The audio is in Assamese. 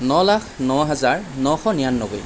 ন লাখ ন হেজাৰ নশ নিৰান্নব্বৈ